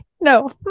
No